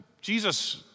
Jesus